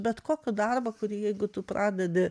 bet kokį darbą kurį jeigu tu pradedi